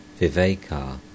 viveka